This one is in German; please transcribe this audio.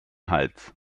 hals